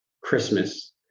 Christmas